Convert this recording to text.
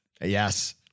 Yes